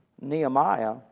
Nehemiah